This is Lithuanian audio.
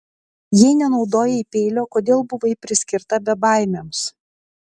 jei nenaudojai peilio kodėl buvai priskirta bebaimiams